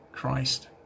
Christ